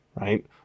right